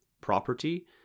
property